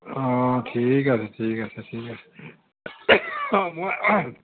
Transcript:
অঁ ঠিক আছে ঠিক আছে ঠিক আছে মই